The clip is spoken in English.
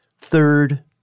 third